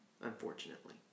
unfortunately